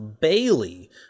Bailey